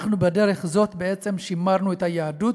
אנחנו בדרך זו בעצם שימרנו את היהדות,